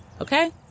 Okay